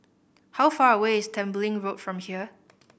how far away is Tembeling Road from here